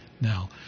now